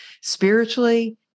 Spiritually